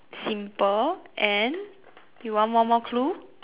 simple and you want one more clue